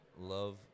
Love